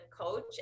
coach